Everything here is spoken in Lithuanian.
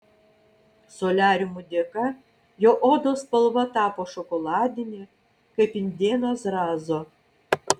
soliariumų dėka jo odos spalva tapo šokoladinė kaip indėno zrazo